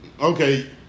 okay